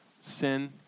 Sin